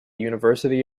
university